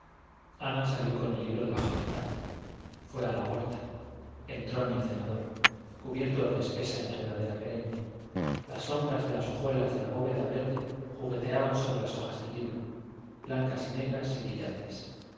ana salió con el libro debajo del brazo fue a la huerta entró en el cenador cubierto de espesa enredadera perenne las sombras de las hojuelas de la bóveda verde jugueteaban sobre las hojas del libro blancas y negras y brillantes